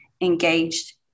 engaged